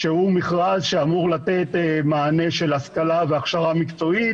שהוא מכרז שאמור לתת מענה של השכלה והכשרה מקצועית